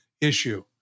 issue